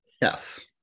yes